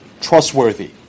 trustworthy